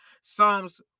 Psalms